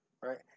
right